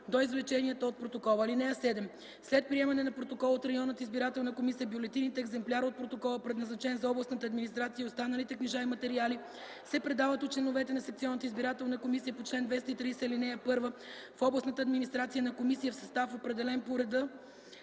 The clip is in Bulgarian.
до извлеченията от протоколите. (7) След приемане на протоколите от общинската избирателна комисия бюлетините, екземплярите от протоколите, предназначени за общинската администрация и останалите книжа и материали се предават от членовете на секционната избирателна комисия по чл. 231, ал. 1 в общинската администрация на комисия, в състав, определен по реда